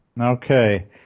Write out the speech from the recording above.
Okay